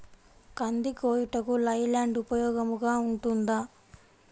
కంది కోయుటకు లై ల్యాండ్ ఉపయోగముగా ఉంటుందా?